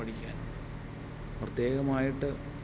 പഠിക്കാനുണ്ട് പ്രത്യേകമായിട്ട്